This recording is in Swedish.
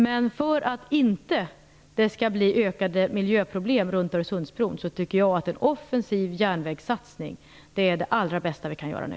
Men för att det inte skall bli ökade miljöproblem runt Öresundsbron tycker jag att en offensiv järnvägssatsning är det allra bästa vi kan göra nu.